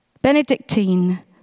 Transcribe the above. Benedictine